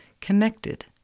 connected